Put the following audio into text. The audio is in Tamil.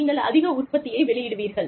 நீங்கள் அதிக உற்பத்தியை வெளியிடுவீர்கள்